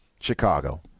Chicago